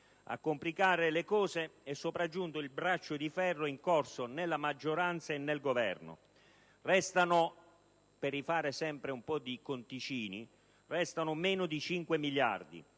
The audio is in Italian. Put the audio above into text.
A complicare le cose, è sopraggiunto il braccio di ferro in corso nella maggioranza e nel Governo. Restano - per rifare un po' di conticini - meno di 5 miliardi